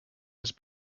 his